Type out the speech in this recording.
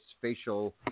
facial